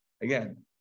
Again